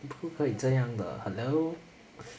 你不可以这样的 hello